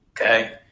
Okay